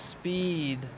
speed